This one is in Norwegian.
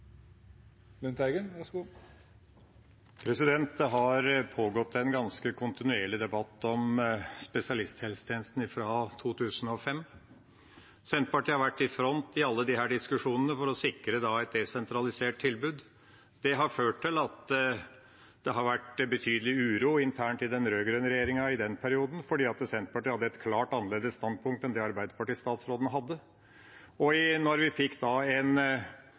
Det har pågått en ganske kontinuerlig debatt om spesialisthelsetjenesten fra 2005. Senterpartiet har vært i front i alle disse diskusjonene for å sikre et desentralisert tilbud. Det har ført til at det har vært betydelig uro internt i den rød-grønne regjeringa i den perioden, fordi Senterpartiet hadde et klart annerledes standpunkt enn det Arbeiderparti-statsråden hadde. Når vi da har fått en